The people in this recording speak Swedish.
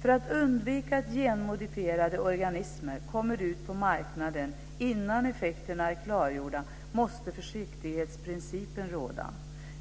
För att undvika att genmodifierade organismer kommer ut på marknaden innan effekterna är klargjorda måste försiktighetsprincipen råda.